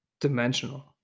dimensional